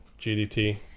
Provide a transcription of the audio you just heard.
GDT